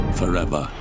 forever